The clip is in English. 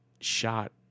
shot